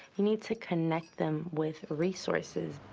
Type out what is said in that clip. you need to connect them with resources.